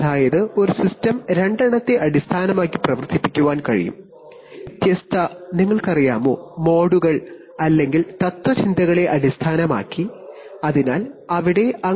ഒരേ സിസ്റ്റം രണ്ട് വ്യത്യസ്ത മോഡുകൾ അല്ലെങ്കിൽ തത്ത്വചിന്തകളെ അടിസ്ഥാനമാക്കിപ്രവർത്തിപ്പിക്കാൻ കഴിയും